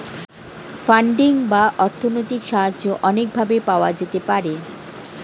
funding বা অর্থনৈতিক সাহায্য অনেক ভাবে পাওয়া যেতে পারে